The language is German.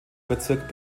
bezirk